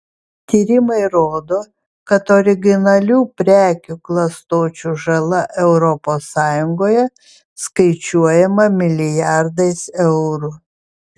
tyrimai rodo kad originalių prekių klastočių žala europos sąjungoje skaičiuojama milijardais eurų